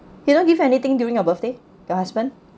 he don't give anything during your birthday your husband